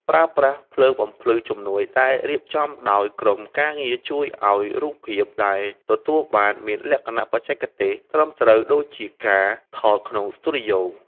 ប្រើប្រាស់ភ្លើងបំភ្លឺជំនួយដែលរៀបចំដោយក្រុមការងារជួយឱ្យរូបភាពដែលទទួលបានមានលក្ខណៈបច្ចេកទេសត្រឹមត្រូវដូចជាការថតក្នុងស្ទូឌីយោ។